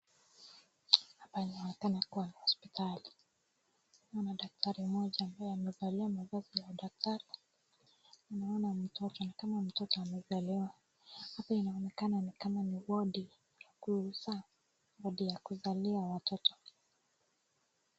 Hapa inaonekana kuwa ni hospitali. Kuna daktari mmoja ambaye amevalia ambaye amevalia mavazi ya daktari. Tunaona mtoto ni kama mtoto amezaliwa. Hapa inaonekana ni kama ni wadi ya kuzaa, wadi ya kuzalia watoto.